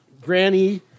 Granny